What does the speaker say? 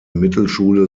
mittelschule